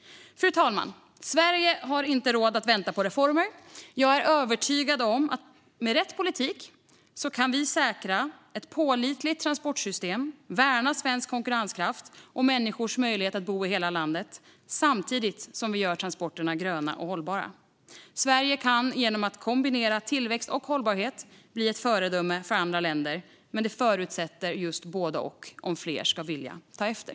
Fru talman! Sverige har inte råd att vänta på reformer. Jag är övertygad om att med rätt politik kan vi säkra ett pålitligt transportsystem, värna svensk konkurrenskraft och människors möjlighet att bo i hela landet samtidigt som vi gör transporterna gröna och hållbara. Sverige kan genom att kombinera tillväxt och hållbarhet bli ett föredöme för andra länder, men det förutsätter just både och om fler ska vilja ta efter.